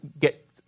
get